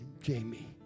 Jamie